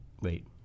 Wait